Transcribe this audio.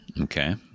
Okay